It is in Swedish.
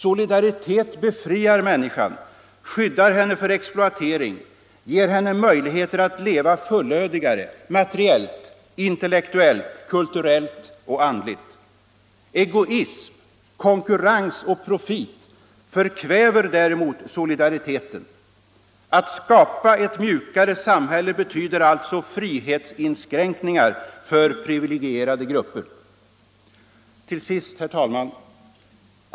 Solidaritet befriar människan, skyddar henne för exploatering, ger henne möjligheter att leva fullödigare materiellt, intellektuellt, kulturellt och andligt. Egoism, konkurrens och profit förkväver däremot solidariteten. Att skapa ”ett mjukare samhälle” betyder alltså frihetsinskränkningar för privilegierade grupper. Till sist, herr talman!